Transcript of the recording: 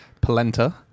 polenta